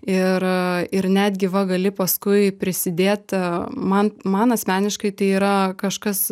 ir ir netgi va gali paskui prisidėt man man asmeniškai tai yra kažkas